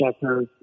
checkers